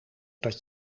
dat